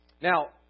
Now